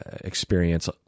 experience